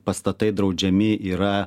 pastatai draudžiami yra